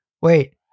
wait